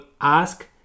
Ask